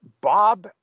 Bob